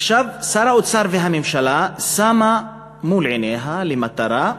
עכשיו, שר האוצר, הממשלה שמה מול עיניה כמטרה: